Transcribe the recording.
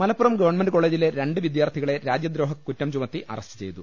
Malappuram government കോളജിലെ രണ്ട് വിദ്യാർഥികളെ രാജ്യദ്രോഹ കുറ്റം ചുമത്തി അറസ്റ്റ് ചെയ്തു